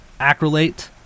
acrylate